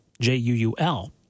J-U-U-L